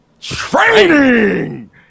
Training